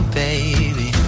baby